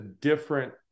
different